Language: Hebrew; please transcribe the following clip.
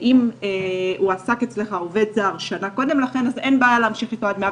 אם הועסק אצלך עובד זר שנה קודם לכן אז אין בעיה להמשיך איתו עד 120,